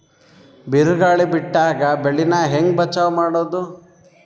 ಬಿರುಗಾಳಿ ಬಿಟ್ಟಾಗ ಬೆಳಿ ನಾ ಹೆಂಗ ಬಚಾವ್ ಮಾಡೊದು?